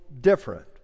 different